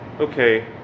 okay